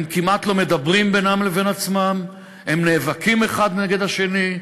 הם כמעט לא מדברים ביניהם, הם נאבקים אחד בשני,